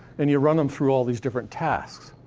and you run them through all these different tasks.